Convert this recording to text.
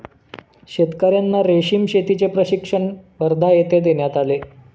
शेतकर्यांना रेशीम शेतीचे प्रशिक्षण वर्धा येथे देण्यात आले